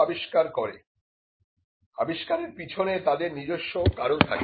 আবিষ্কারের পিছনে তাদের নিজস্ব কারণ থাকে